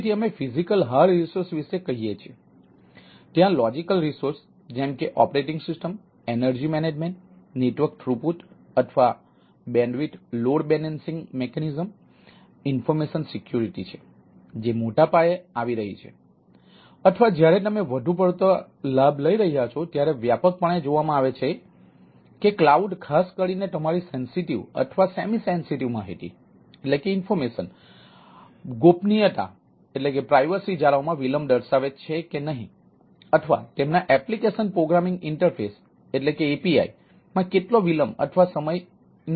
તેથી ત્યાં અન્ય લોજીકલ રિસોર્સ અથવા API માં કેટલો વિલંબ અથવા સમય વિલંબ થાય છે